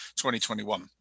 2021